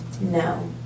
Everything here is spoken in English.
No